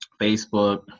Facebook